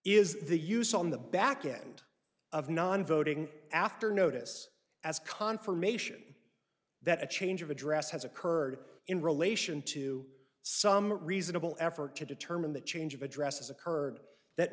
is the use on the backend of non voting after notice as confirmation that a change of address has occurred in relation to some reasonable effort to determine the change of address as occurred that